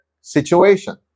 situation